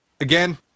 again